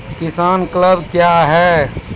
किसान क्लब क्या हैं?